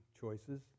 choices